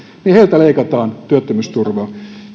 leikataan työttömyysturvaa